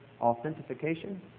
Authentication